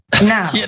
No